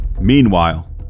Meanwhile